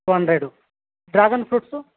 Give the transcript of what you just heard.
two hundred dragon fruits